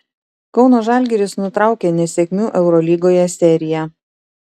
kauno žalgiris nutraukė nesėkmių eurolygoje seriją